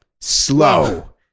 Slow